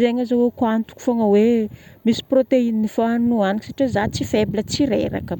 zegny azahoako antoko fogna hoe misy protéine fô hanigny nohagniko satria zaho tsy faible, tsy reraka.